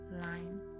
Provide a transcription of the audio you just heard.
line